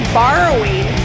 borrowing